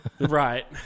Right